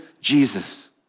Jesus